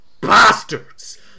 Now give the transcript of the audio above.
bastards